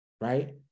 right